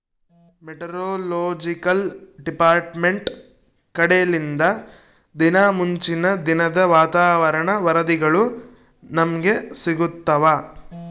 meteorological department ಕಡೆಲಿಂದ ದಿನಾ ಮುಂಚಿನ ದಿನದ ವಾತಾವರಣ ವರದಿಗಳು ನಮ್ಗೆ ಸಿಗುತ್ತವ